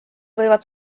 võivad